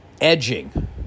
edging